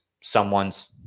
someone's